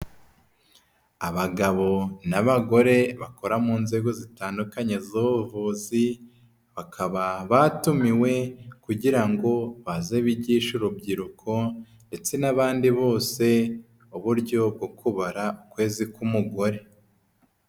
Abagabo n'abagore bakora mu nzego zitandukanye z'ubuvuzi bakaba batumiwe kugira ngo baze bigishe urubyiruko ndetse n'abandi bose uburyo bwo kubara ukwezi k'umugore.